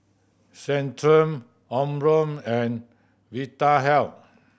Centrum Omron and Vitahealth